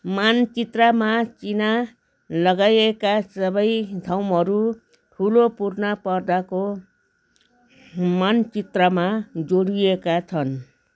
मानचित्रमा चिह्न लगाइएका सबै ठाउँहरू ठुलो पूर्ण पर्दाको मानचित्रमा जोडिएका छन्